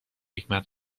حکمت